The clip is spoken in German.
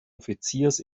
offiziers